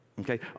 okay